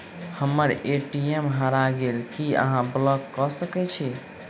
हम्मर ए.टी.एम हरा गेल की अहाँ ब्लॉक कऽ सकैत छी?